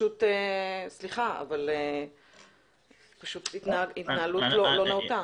סליחה, אבל אני רואה בזה התנהלות לא נאותה.